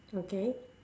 okay